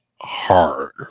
hard